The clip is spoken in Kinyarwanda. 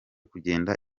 kugenda